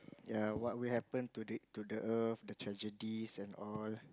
ya what will happen to the to the Earth the tragedies and all